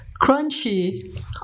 crunchy